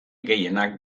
gehienak